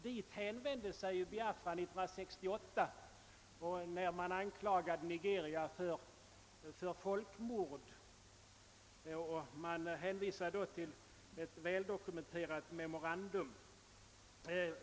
Dit hänvände sig Biafra 1968, när man anklagade Nigeria för folkmord och hänvisade till ett väldokumenterat memorandum.